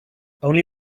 only